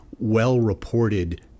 well-reported